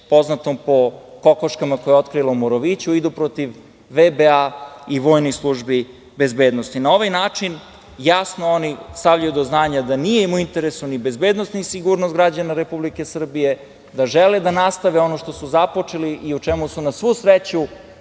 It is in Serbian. poznatom po kokoškama koje je otkrila u Moroviću, idu protiv VBA i vojnih službi bezbednosti. Na ovaj način jasno stavljaju do znanja da im nije u interesu ni bezbednosti, ni sigurnost građana Republike Srbije, da žele da nastave ono što su započeli i u čemu su na svu sreću,